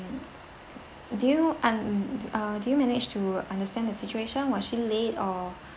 ~(um) do you un~ uh do you manage to understand the situation was she late or